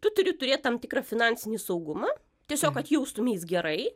tu turi turėt tam tikrą finansinį saugumą tiesiog kad jaustumeis gerai